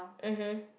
mmhmm